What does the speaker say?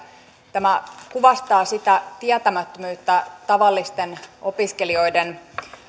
tämä kuvastaa sitä tietämättömyyttä tavallisten opiskelijoiden